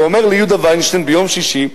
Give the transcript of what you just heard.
ואומר ליהודה וינשטיין ביום שישי: